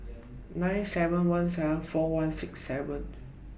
nine seven one seven four one six seven